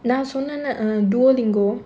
நா சொன்னேன்லே:naa sonnaenla err duolingo